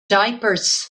diapers